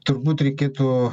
turbūt reikėtų